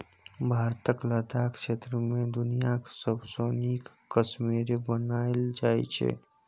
भारतक लद्दाख क्षेत्र मे दुनियाँक सबसँ नीक कश्मेरे बनाएल जाइ छै